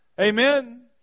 Amen